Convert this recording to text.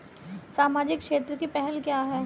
सामाजिक क्षेत्र की पहल क्या हैं?